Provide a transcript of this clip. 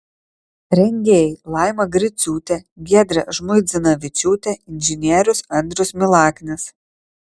rengėjai laima griciūtė giedrė žmuidzinavičiūtė inžinierius andrius milaknis